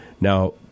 Now